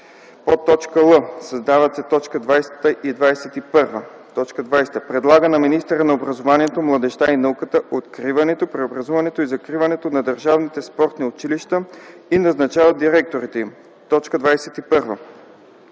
и”; л) създават се т. 20 и 21: „20. предлага на министъра на образованието, младежта и науката откриването, преобразуването и закриването на държавните спортни училища и назначава директорите им; 21.